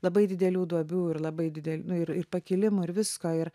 labai didelių duobių ir labai dide nu ir ir pakilimų ir visko ir